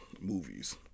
movies